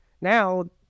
Now